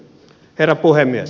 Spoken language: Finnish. herra puhemies